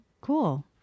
Cool